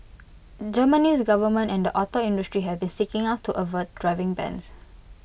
Germany's government and the auto industry have been seeking to avert driving bans